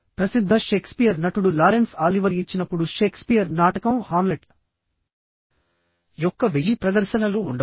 ప్రసిద్ధ షేక్స్పియర్ నటుడు Laurence Olivier ఇచ్చినప్పుడు షేక్స్పియర్ నాటకం హామ్లెట్ యొక్క వెయ్యి ప్రదర్శనలు ఉండవచ్చు